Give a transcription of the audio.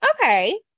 okay